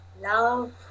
love